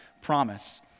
promise